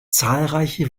zahlreiche